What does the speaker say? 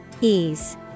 Ease